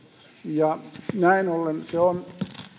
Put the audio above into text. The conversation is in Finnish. ja näin ollen